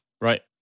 Right